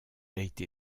été